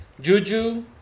Juju